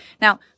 Now